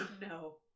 no